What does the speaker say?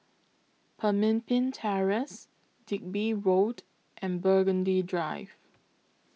Pemimpin Terrace Digby Road and Burgundy Drive